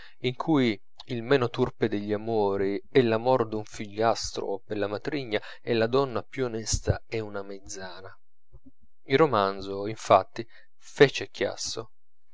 in cui il meno turpe degli amori è l'amor d'un figliastro per la matrigna e la donna più onesta è una mezzana il romanzo infatti fece chiasso